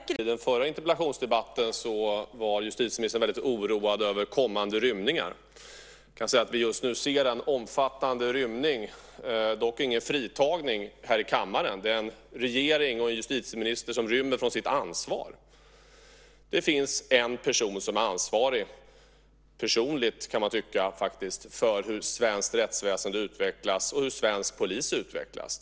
Fru talman! I den förra interpellationsdebatten var justitieministern väldigt oroad över kommande rymningar. Man kan säga att vi just nu ser en omfattande rymning, dock ingen fritagning, här i kammaren. Det är en regering och en justitieminister som rymmer från sitt ansvar. Det finns en person som är ansvarig - personligen, kan man faktiskt tycka - för hur svenskt rättsväsende och svensk polis utvecklas.